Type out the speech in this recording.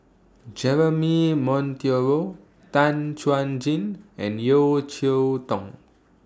Jeremy Monteiro Tan Chuan Jin and Yeo Cheow Tong